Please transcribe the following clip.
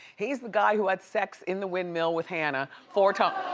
he's the guy who had sex in the windmill with hannah four oh.